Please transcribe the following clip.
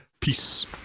Peace